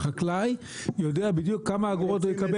החקלאי יודע בדיוק כמה אגורות הוא יקבל